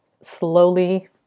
slowly